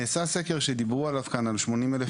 נעשה סקר שדיברו עליו כאן על 80,000